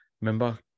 Remember